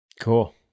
cool